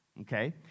Okay